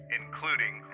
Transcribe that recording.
including